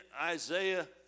Isaiah